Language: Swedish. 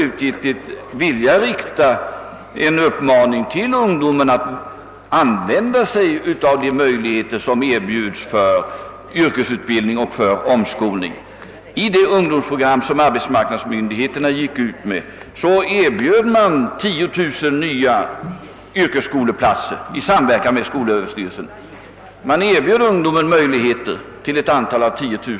Jag skulle vilja rikta en uppmaning till ungdomarna att använda sig av de möjligheter som erbjudes till yrkesutbildning och omskolning. I det ungdomsprogram som arbetsmarknadsmyndigheterna i samverkan med skolöverstyrelsen sänt ut erbjöds 10000 nya platser vid yrkesskolor.